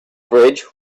bridge